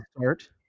start